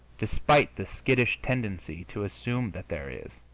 despite the skittish tendency to assume that there is.